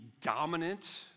dominant